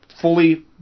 fully